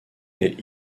est